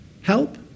help